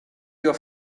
your